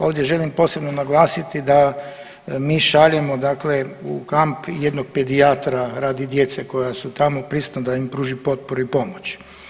Ovdje želim posebno naglasiti da mi šaljemo u kamp jednog pedijatra radi djece koja su tamo prisutna da im pruži potporu i pomoć.